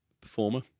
performer